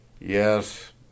Yes